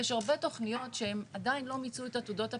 יש הרבה תכניות שהן עדיין לא מיצו את עתודות הפיתוח.